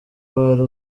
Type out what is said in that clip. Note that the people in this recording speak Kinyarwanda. uwari